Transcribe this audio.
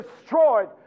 destroyed